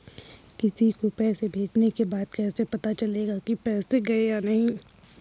किसी को पैसे भेजने के बाद कैसे पता चलेगा कि पैसे गए या नहीं?